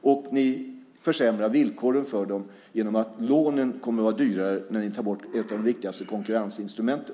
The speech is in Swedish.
Ni försämrar villkoren för dem genom att lånen kommer att vara dyrare när ni tar bort ett av de viktigaste konkurrensinstrumenten.